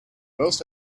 most